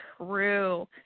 True